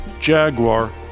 Jaguar